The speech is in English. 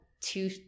two